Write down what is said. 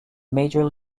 major